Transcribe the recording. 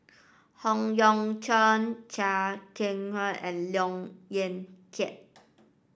Howe Yoon Chong Chia Keng Hock and Look Yan Kit